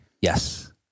Yes